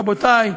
רבותי,